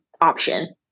option